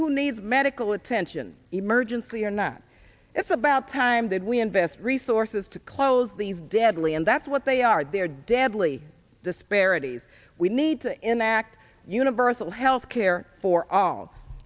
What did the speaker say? who needs medical attention emergency or not it's about time that we invest resources to close these deadly and that's what they are there deadly disparities we need to enact universal health care for all